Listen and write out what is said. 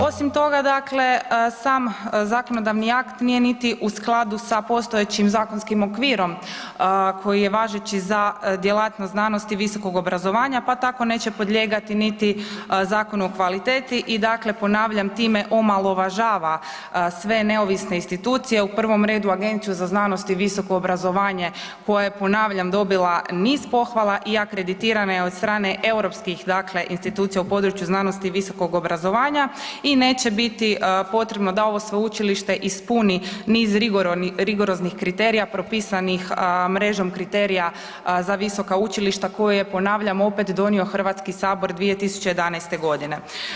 Osim toga, dakle sam zakonodavni akt nije niti u skladu sa postojećim zakonskim okvirom koji je važeći za djelatnost znanosti i visokog obrazovanja pa tako neće podlijegati niti Zakonu o kvaliteti i dakle ponavljam, time omalovažava sve neovisne institucije, u prvom redu Agenciju za znanost i visoko obrazovanje koja je ponavljam, dobila niz pohvala i akreditirana je od strane europskih institucija u području znanosti i visokog obrazovanja i neće biti potrebno da ovo sveučilište ispuni niz rigoroznih kriterija propisanih mrežom kriterija sa visoka učilišta koje je ponavljam, opet donio Hrvatski sabor 2011. godine.